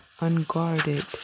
unguarded